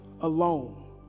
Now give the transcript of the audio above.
alone